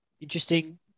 Interesting